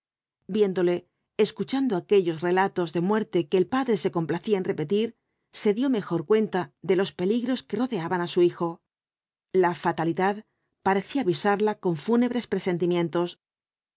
viéndole escuchando aquellos relatos de muerte que el padre se complacía en repetir se dio mejor cuenta de los peligros que rodeaban á su hijo la fatalidad parecía avisarla con fúnebres presentimientos